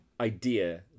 idea